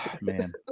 Man